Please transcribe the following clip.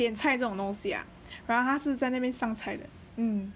点菜这种东西 ah 然后他是在那边上菜的 mm